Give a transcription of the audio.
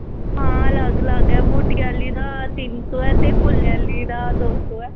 हां अलग अलग ऐ बूह्टें आह्ली दा तिन्न सौ ऐ ते फुल्लें आह्ली दा दो सौ ऐ